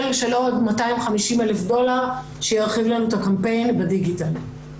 של עוד 250,000 דולר שירחיב לנו את הקמפיין בדיגיטל.